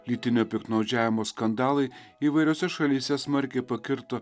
lytinio piktnaudžiavimo skandalai įvairiose šalyse smarkiai pakirto